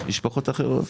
למשפחות אחרות,